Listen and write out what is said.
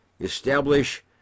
establish